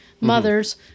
mothers